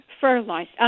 fertilized